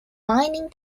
mining